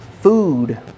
food